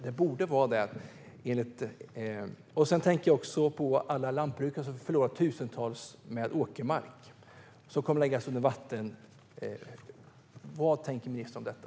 Det borde vara det. Jag tänker också på alla lantbrukare som har förlorat mycket åkermark som kommer att läggas under vatten. Vad tänker ministern om detta?